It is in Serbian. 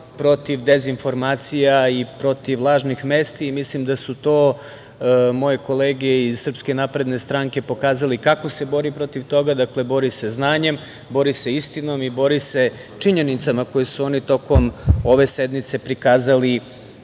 protiv dezinformacija i protiv lažnih vesti. Mislim da su moje kolege iz SNS pokazale i kako se bori protiv toga, dakle bori se znanjem, bori se istinom i bori se činjenicama koje su oni tokom ove sednice prikazali